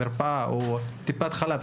מרפאה או טיפת חלב,